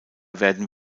werden